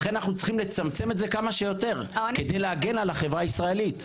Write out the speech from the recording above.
לכן אנחנו צריכים לצמצם את זה כמה שיותר כדי להגן על החברה הישראלית.